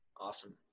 Awesome